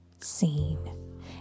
seen